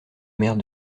mère